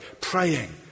Praying